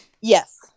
Yes